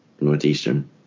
Northeastern